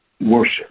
worship